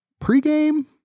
pregame